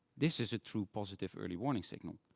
this is a true positive early warning signal.